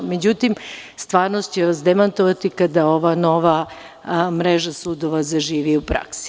Međutim, stvarnost će vas demantovati kada ova nova mreža sudova zaživi u praksi.